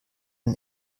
den